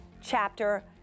chapter